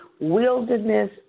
wilderness